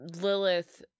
Lilith